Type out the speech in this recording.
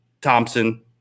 Thompson